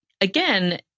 again